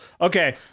Okay